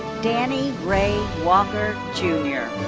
danny ray walker, jnr.